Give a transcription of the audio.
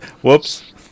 Whoops